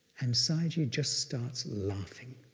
and sayagyi just starts laughing.